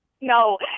No